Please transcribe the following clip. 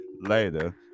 later